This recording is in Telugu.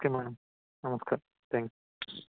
ఓకే మేడం నమస్కారం థ్యాంక్స్